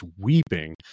weeping